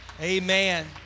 Amen